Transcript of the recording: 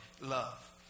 love